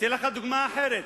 אתן לך דוגמה אחרת,